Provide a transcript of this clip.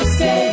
say